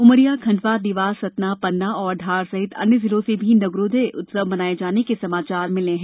उमरिया खंडवा देवास सतना पन्ना और धार सहित अन्य जिलों से भी नगरोदय उत्सव मनाए जाने के समाचार मिले हैं